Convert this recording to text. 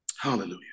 Hallelujah